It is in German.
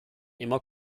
immer